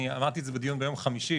אמרתי את זה בדיון ביום חמישי,